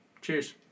Cheers